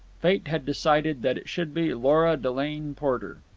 fate had decided that it should be lora delane porter.